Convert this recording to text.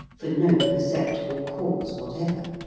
for no perceptible cause whatever.